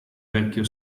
vecchio